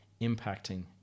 impacting